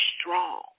strong